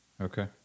okay